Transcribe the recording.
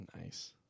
Nice